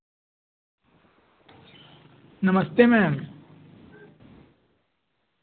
नमस्ते मैम